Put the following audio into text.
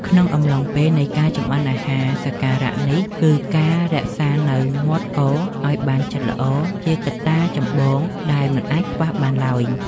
ក្នុងអំឡុងពេលនៃការចម្អិនអាហារសក្ការៈនេះគឺ ការរក្សានូវមាត់កឱ្យបានជិតល្អជាកត្តាចម្បងដែលមិនអាចខ្វះបានឡើយ។